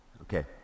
Okay